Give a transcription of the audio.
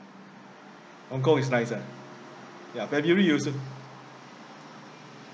hong kong is nice ah yeah and very user